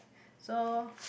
so